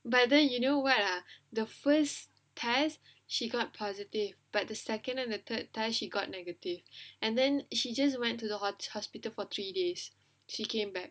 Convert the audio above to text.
but then you knew what ah the first test she got positive but the second and the third time she got negative and then she just went to the hos~ hospital for three days she came back